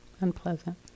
unpleasant